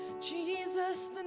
Jesus